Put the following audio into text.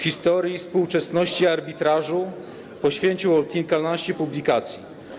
Historii współczesności arbitrażu poświęcił on kilkanaście publikacji.